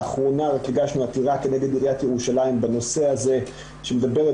לאחרונה הגשנו עתירה כנגד עירית ירושלים בנושא הזה שמדברת